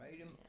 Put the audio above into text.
right